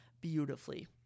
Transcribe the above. beautifully